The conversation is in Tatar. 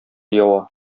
ява